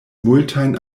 multajn